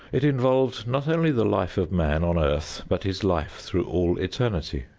it involved not only the life of man on earth but his life through all eternity.